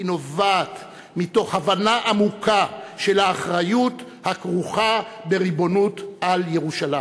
היא נובעת מהבנה עמוקה של האחריות הכרוכה בריבונות על ירושלים,